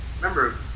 Remember